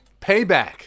Payback